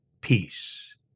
peace